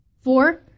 Four